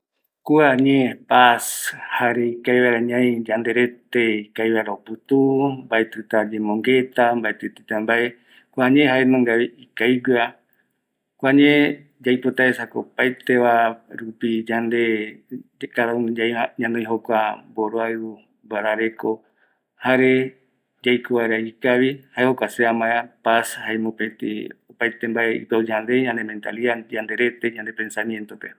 kua ñee paz, jare ikavi vaera ñai, yanderete ikavi vaera oputuu, mbaetïta yembongueta, mbaetïeteita mbae, kua ñee jaenungavi ikavigueva, kua ñee yaipotaesako opaeteva rupi yande cada uno ñanoi jokua mboroaïu, mbarareko, jare yaiko vaera kavi, jae jokua se amaeva, paz jae mopëtï yande mentalidad, yanderete yande pensamientope.